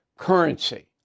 currency